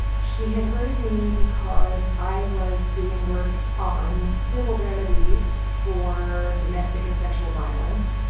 she had heard of me because i was doing work on civil remedies for domestic and sexual violence